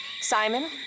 Simon